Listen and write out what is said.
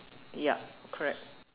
yup correct